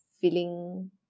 feeling